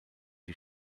die